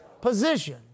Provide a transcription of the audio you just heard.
position